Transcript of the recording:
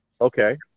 Okay